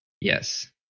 yes